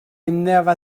never